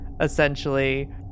essentially